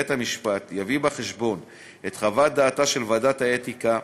בית-המשפט יביא בחשבון את חוות דעתה של ועדת האתיקה,